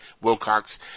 Wilcox